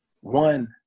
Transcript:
One